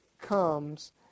comes